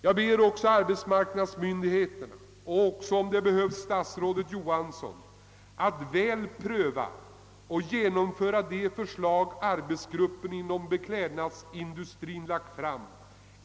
Jag ber också arbetsmarknadsmyndigheterna och, om så behövs, statsrådet Johansson att väl pröva och genomföra de förslag arbetsgruppen inom beklädnadsindustrien lagt fram.